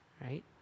right